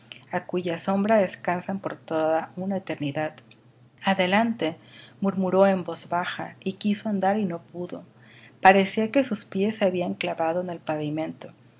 á cuya sombra descansan todos por una eternidad adelante murmuró en voz baja y quiso andar y no pudo parecía que sus pies se habían clavado en el pavimento